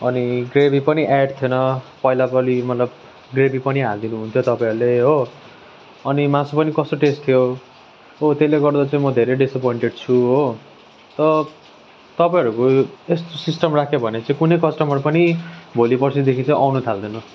अनि ग्रेभी पनि एड थिएन पहिला त अनि मतलब ग्रेभी पनि हालिदिनु हुन्थ्यो तपाईँहरूले हो अनि मासु पनि कस्तो टेस्ट थियो हो त्यसले गर्दा चाहिँ म धेरै डिसएपोइन्टेड छु हो त तपाईँहरूको यस्तो सिस्टम राख्यो भने चाहिँ कुनै कस्टमर पनि भोलिपर्सिदेखि चाहिँ आउन थाल्दैन